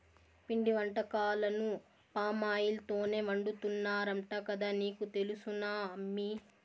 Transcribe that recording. పిండి వంటకాలను పామాయిల్ తోనే వండుతున్నారంట కదా నీకు తెలుసునా అమ్మీ